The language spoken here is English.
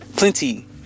Plenty